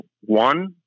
one